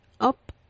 up